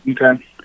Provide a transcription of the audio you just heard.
Okay